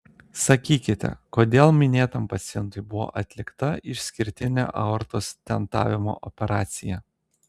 sakykite kodėl minėtam pacientui buvo atlikta išskirtinė aortos stentavimo operacija